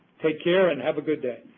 take care, and have a good day.